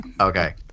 Okay